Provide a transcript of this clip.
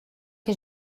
que